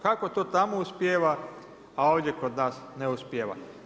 Kako to tamo uspijeva a ovdje kod nas ne uspijeva?